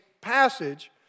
passage